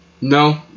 No